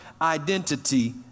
identity